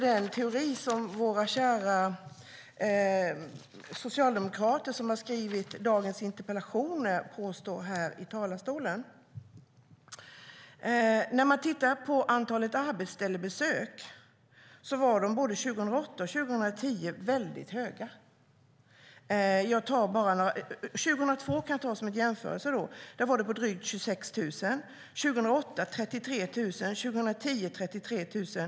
Det som våra kära socialdemokrater som har skrivit dagens interpellationer påstår här i talarstolen stämmer inte. Antalen arbetsplatsbesök var både 2008 och 2010 väldigt höga. Jag kan ta 2002 som jämförelse. Då var de drygt 26 000. År 2008 var de 33 000, år 2010 var de 33 000.